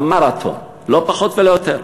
המרתון, לא פחות ולא יותר.